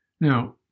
now